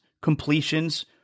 completions